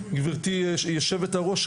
גברתי היושבת-ראש,